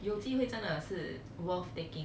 有机会真的是 worth taking